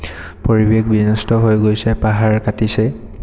পৰিৱেশ বিনষ্ট হৈ গৈছে পাহাৰ কাটিছে